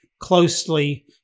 closely